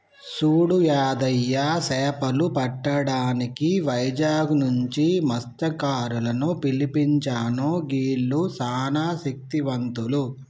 సూడు యాదయ్య సేపలు పట్టటానికి వైజాగ్ నుంచి మస్త్యకారులను పిలిపించాను గీల్లు సానా శక్తివంతులు